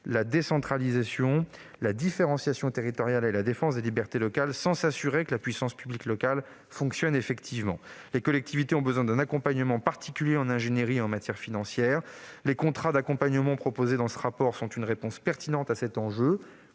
la décentralisation, la différenciation territoriale et la défense des libertés locales sans s'assurer que la puissance publique locale fonctionne effectivement. Les collectivités ont besoin d'un accompagnement particulier en ingénierie et en matière financière. Les contrats d'accompagnement proposés dans ce rapport sont une réponse pertinente à cet enjeu.